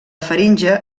faringe